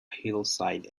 hillside